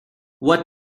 what